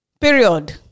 period